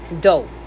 Dope